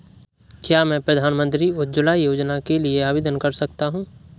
क्या मैं प्रधानमंत्री उज्ज्वला योजना के लिए आवेदन कर सकता हूँ?